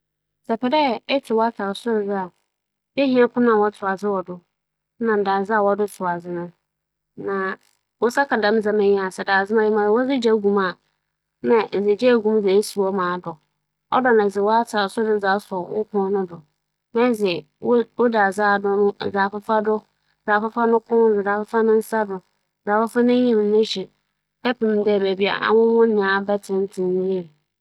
Sɛ epɛ dɛ etow sor atar bi a, odzi kan no ibͻsͻ adze a wͻdze tow adze ma ayɛ hyew kakra. Ber a osi do a ͻreyɛ hyew no, edze w'atar no bͻto bea epɛ dɛ etow no, na ebɛhyɛ ase ewͻ atar no yamu na etow ara ma hͻ no nyinara yɛ kamakama nna esi ne nsa nna atow, ewia nna atow no kͻn nna ewie.